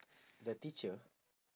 the teacher